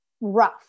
rough